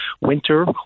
winter